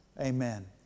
Amen